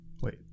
Wait